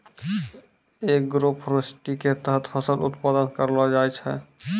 agroforestry के तहत फसल उत्पादन करलो जाय छै